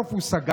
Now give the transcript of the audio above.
בסוף הוא סגר,